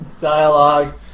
dialogue